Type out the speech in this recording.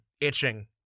itching